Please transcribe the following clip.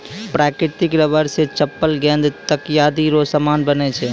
प्राकृतिक रबर से चप्पल गेंद तकयादी रो समान बनै छै